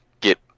get